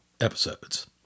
episodes